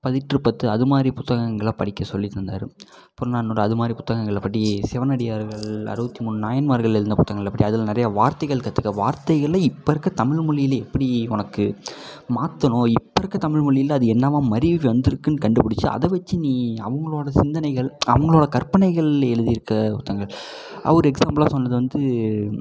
பதிற்றுப்பத்து அதுமாதிரி புத்தகங்களை படிக்க சொல்லி தந்தார் புறநானூறு அதுமாதிரி புத்தகங்களை படி சிவனடியார்கள் அறுபத்தி மூணு நாயன்மார்கள் எழுதின புத்தகங்களை படி அதில் நிறையா வார்த்தைகள் கற்றுக்க வார்த்தைகளில் இப்போ இருக்க தமிழ் மொழியில் எப்படி உனக்கு மாற்றணும் இப்போ இருக்க தமிழ்மொழியில் அது என்னவாக மருவி வந்துருக்குன்னு கண்டுபிடிச்சு அதை வச்சு நீ அவங்களோட சிந்தனைகள் அவங்களோட கற்பனைகள் எழுதி இருக்க புத்தகங்கள் அவர் எக்ஸாம்பிளாக சொன்னது வந்து